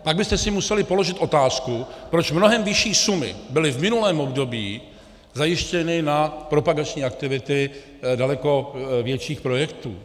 Pak byste si museli položit otázku, proč mnohem vyšší sumy byly v minulém období zajištěny na propagační aktivity daleko větších projektů.